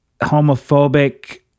homophobic